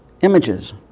images